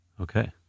Okay